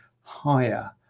higher